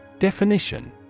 Definition